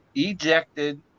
ejected